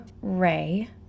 ray